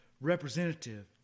representative